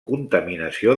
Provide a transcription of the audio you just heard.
contaminació